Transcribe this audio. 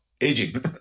aging